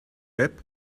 web